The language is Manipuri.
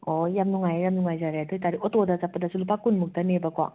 ꯑꯣ ꯌꯥꯝꯅ ꯅꯨꯉꯥꯏꯔꯦ ꯌꯥꯝꯅ ꯅꯨꯉꯥꯏꯖꯔꯦ ꯑꯗꯣꯏꯇꯥꯗꯤ ꯑꯣꯇꯣꯗ ꯆꯠꯄꯗꯁꯨ ꯂꯨꯄꯥ ꯀꯨꯟꯃꯨꯛꯇꯅꯦꯕꯀꯣ